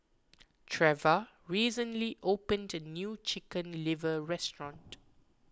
Treva recently opened the new Chicken Liver restaurant